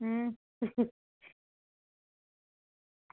हूं